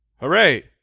Hooray